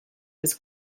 was